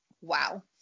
Wow